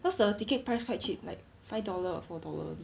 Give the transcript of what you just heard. cause the ticket price quite cheap like five dollar or four dollar only